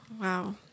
wow